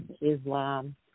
Islam